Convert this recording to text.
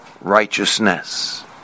righteousness